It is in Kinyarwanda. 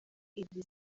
iri